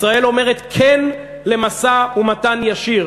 ישראל אומרת כן למשא-ומתן ישיר,